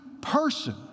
person